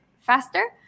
faster